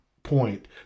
point